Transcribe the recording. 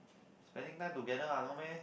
spending time together ah no meh